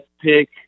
pick